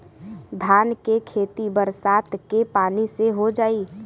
धान के खेती बरसात के पानी से हो जाई?